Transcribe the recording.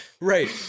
Right